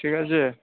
ঠিক আছে